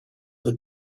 that